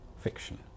fiction